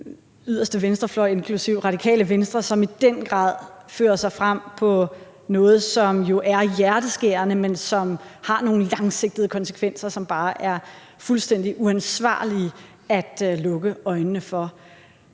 yderste venstrefløj, inklusive Radikale Venstre, som i den grad fører sig frem på noget, som jo er hjerteskærende, men som har nogle langsigtede konsekvenser, som bare er fuldstændig uansvarlige at lukke øjnene for.